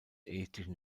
ethischen